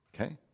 Okay